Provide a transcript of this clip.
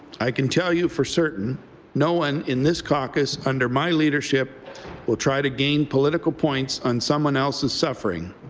i can tell you for certain no one in this caucus under my leadership will try to gain political points on someone else's suffering.